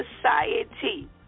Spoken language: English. Society